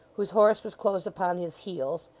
whose horse was close upon his heels,